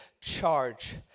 charge